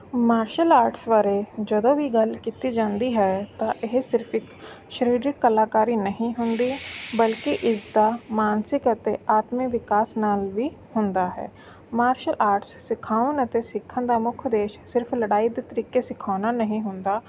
martial arts ਬਾਰੇ ਜਦੋਂ ਵੀ ਗੱਲ ਕੀਤੀ ਜਾਂਦੀ ਹੈ ਤਾਂ ਇਹ ਸਿਰਫ ਇੱਕ ਸਰੀਰਿਕ ਕਲਾਕਾਰੀ ਨਹੀਂ ਹੁੰਦੀ ਬਲਕਿ ਇਸ ਦਾ ਮਾਨਸਿਕ ਅਤੇ ਆਤਮਿਕ ਵਿਕਾਸ ਨਾਲ ਵੀ ਹੁੰਦਾ ਹੈ ਮਾਰਸ਼ਲ ਆਰਟਸ ਸਿਖਾਉਣ ਅਤੇ ਸਿੱਖਣ ਦਾ ਮੁੱਖ ਉਦੇਸ਼ ਸਿਰਫ ਲੜਾਈ ਦੇ ਤਰੀਕੇ ਸਿਖਾਉਣਾ ਨਹੀਂ ਹੁੰਦਾ